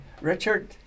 Richard